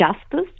justice